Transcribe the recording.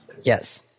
Yes